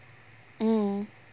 mm mm